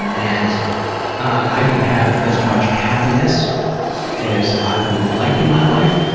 and and i don't have as much happiness as i would like in my life,